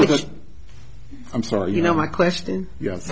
that i'm sorry you know my question yes